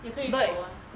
也可以走啊